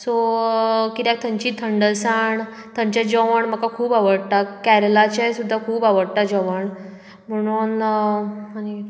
so कित्याक थंयची थंडसाण थंयचें जेवण म्हाका खूब आवडटा केरलाचे सुद्दां खूब आवडटा जेवण म्हणून आनी